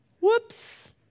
Whoops